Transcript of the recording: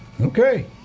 Okay